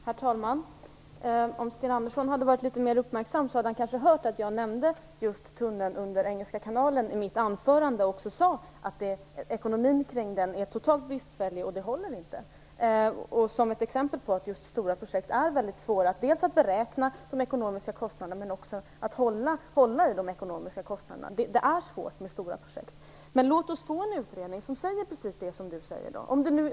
Herr talman! Om Sten Andersson hade varit litet mer uppmärksam hade han kanske hört att jag nämnde just tunneln under Engelska kanalen i mitt anförande och sade att dess ekonomi är totalt bristfällig och ohållbar. Jag nämnde den som ett exempel på att det för stora projekt är mycket svårt dels att beräkna de ekonomiska kostnaderna, dels att hålla de ekonomiska kostnaderna nere. Det är svårt med stora projekt. Men låt oss få en utredning som säger precis det som Sten Andersson säger.